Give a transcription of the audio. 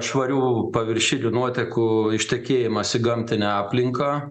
švarių paviršinių nuotekų ištekėjimas į gamtinę aplinką